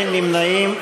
אין נמנעים.